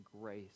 grace